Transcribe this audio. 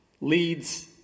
leads